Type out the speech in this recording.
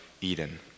Eden